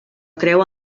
creu